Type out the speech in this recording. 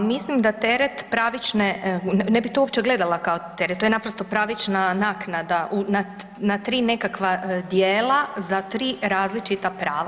Pa mislim da teret pravične, ne bi to uopće gledala kao teret to je naprosto pravična naknada na tri nekakva dijela za tri različita prava.